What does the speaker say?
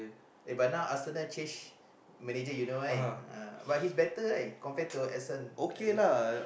eh but now after that change manager you know why uh but he's better right compared to